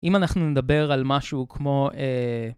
אם אנחנו נדבר על משהו כמו...